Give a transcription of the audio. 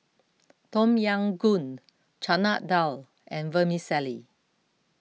Tom Yam Goong Chana Dal and Vermicelli